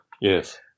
Yes